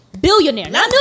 billionaire